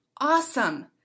Awesome